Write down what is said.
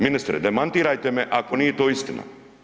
Ministre, demantirajte me ako nije to istina.